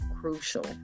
crucial